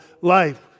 life